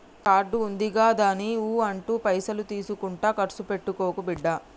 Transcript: card ఉందిగదాని ఊ అంటే పైసలు తీసుకుంట కర్సు పెట్టుకోకు బిడ్డా